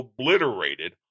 obliterated